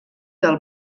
del